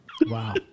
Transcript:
Wow